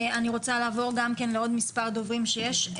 אני רוצה לעבור גם כן לעוד מספר דוברים שיש.